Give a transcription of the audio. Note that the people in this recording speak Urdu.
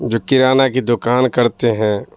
جو کرانہ کی دکان کرتے ہیں